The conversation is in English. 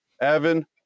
Evan